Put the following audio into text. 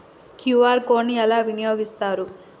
QR code ని ఎలా వినియోగిస్తారు?